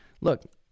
Look